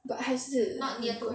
but 还是很贵